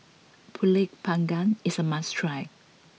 Pulut Panggang is a must try